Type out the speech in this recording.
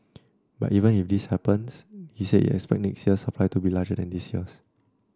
but even if this happens he said he expects next year's supply to be larger than this year's